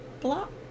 block